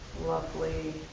lovely